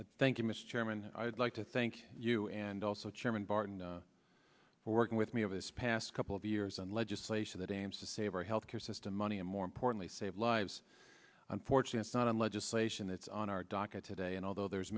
from thank you mr chairman i'd like to thank you and also chairman barton for working with me over the past couple of years on legislation that aims to save our health care system money and more importantly save lives unfortunately not in legislation it's on our docket today and although there's